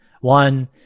One